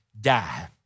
die